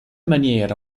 maniera